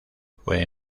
fue